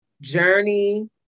Journey